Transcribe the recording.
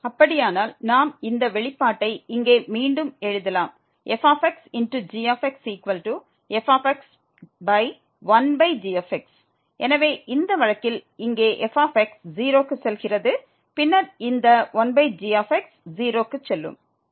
அப்படியானால் நாம் இந்த வெளிப்பாட்டை இங்கே மீண்டும் எழுதலாம் fxgxfx1gx எனவே இந்த வழக்கில் இங்கே f 0 க்கு செல்கிறது பின்னர் இந்த 1g 0 க்கு செல்லும்